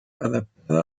adaptada